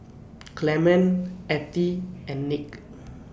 Clement Ethie and Nick